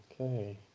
okay